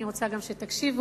אני רוצה גם שתקשיבו.